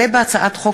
הצעת חוק